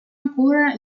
ancora